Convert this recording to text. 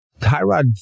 Tyrod